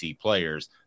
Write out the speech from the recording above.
players